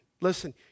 listen